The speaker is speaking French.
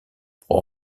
pour